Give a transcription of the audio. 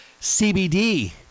CBD